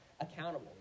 accountable